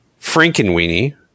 Frankenweenie